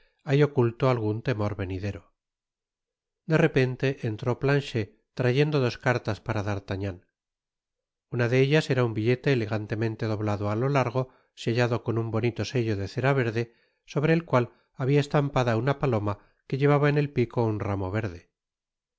hay oculto algun temor venidero de repente entró planchet trayendo dos cartas para d'artagnan una de ellas era un billete elegantemente doblado á lo largo sellado con un bonito sello de cera verde sobre el cual habia estampada una paloma que llevaba en el pico un ramo verde